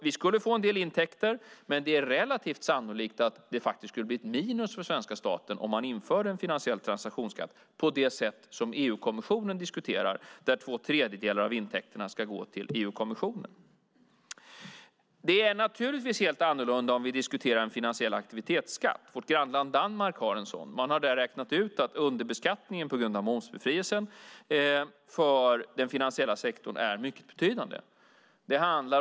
Vi skulle få en del intäkter, men det är relativt sannolikt att det skulle bli ett minus för svenska staten om man införde en finansiell transaktionsskatt på det sätt som EU-kommissionen diskuterar, där två tredjedelar av intäkterna ska gå till EU-kommissionen. Det är naturligtvis helt annorlunda om vi diskuterar en finansiell aktivitetsskatt. Vårt grannland Danmark har en sådan. Man har där räknat ut att underbeskattningen på grund av momsbefrielsen för den finansiella sektorn är mycket betydande.